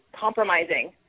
compromising